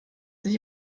sich